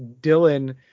Dylan